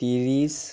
ত্ৰিছ